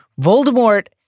Voldemort